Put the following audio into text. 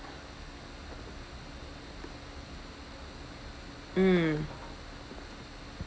mm